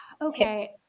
Okay